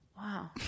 Wow